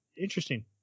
interesting